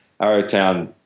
Arrowtown